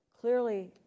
clearly